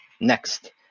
next